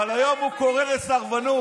אבל היום הוא קורא לסרבנות.